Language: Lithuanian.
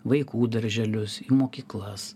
vaikų darželius į mokyklas